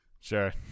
Sure